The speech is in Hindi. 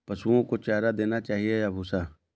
पशुओं को चारा देना चाहिए या भूसा?